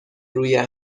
روی